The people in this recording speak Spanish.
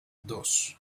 dos